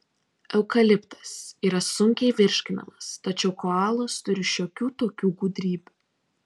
eukaliptas yra sunkiai virškinamas tačiau koalos turi šiokių tokių gudrybių